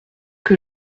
que